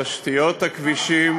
זוגות צעירים רואים כבר עכשיו, החודש.